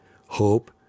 hope